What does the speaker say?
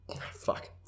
Fuck